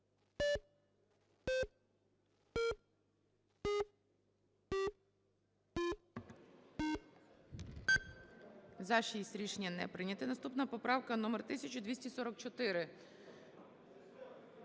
За-6 Рішення не прийнято. Наступна поправка номер 1244.